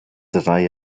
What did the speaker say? drei